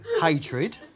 Hatred